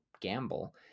gamble